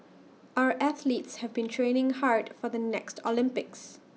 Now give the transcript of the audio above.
our athletes have been training hard for the next Olympics